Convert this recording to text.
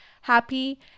happy